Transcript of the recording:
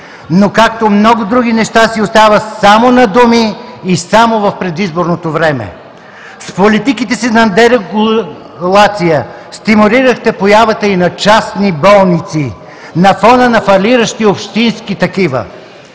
но както много други неща си остава само на думи и само в предизборното време. С политиките си на дерегулация стимулирахте появата и на частни болници на фона на фалиращи общински такива.